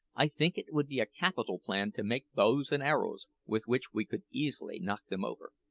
i think it would be a capital plan to make bows and arrows, with which we could easily knock them over.